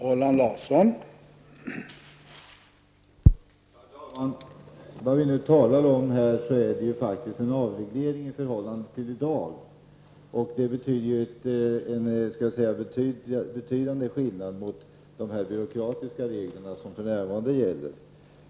Herr talman! Vad vi nu talar om är faktiskt en avreglering i förhållandet till i dag. Det innebär en betydande skillnad i förhållande till de byråkratiska regler som för närvarande gäller.